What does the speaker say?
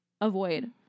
Avoid